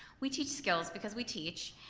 we teach skills because we teach,